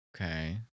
Okay